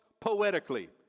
poetically